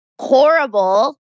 Horrible